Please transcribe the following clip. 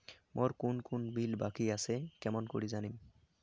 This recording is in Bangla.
মোর কুন কুন বিল বাকি আসে কেমন করি জানিম?